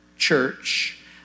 church